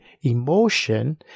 emotion